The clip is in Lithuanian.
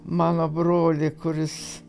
mano brolį kuris